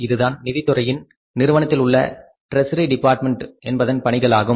இதுதான் நிதி துறையின் நிறுவனத்தில் உள்ள ட்ரெஸ்ஸரி டிபார்ட்மெண்ட் என்பதன் பணிகள் ஆகும்